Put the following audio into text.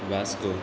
Vasco